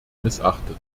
missachtet